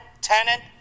tenant